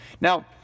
Now